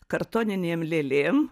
kartoninėm lėlėm